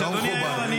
אדוני היו"ר,